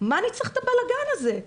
למה הוא צריך את הבלגן הזה,